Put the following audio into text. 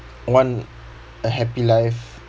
want a happy life